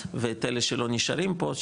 ואת אלה שלא נשארים פה,